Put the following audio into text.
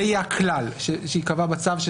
זה יהיה הכלל שייקבע בצו.